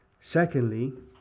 Secondly